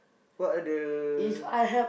what are the